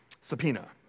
subpoena